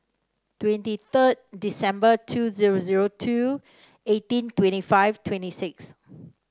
twenty third December two zero zero two eighteen twenty five twenty six